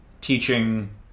teaching